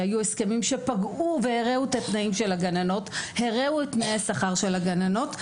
שהיו הסכמים שפגעו והרעו את תנאי השכר של הגננות.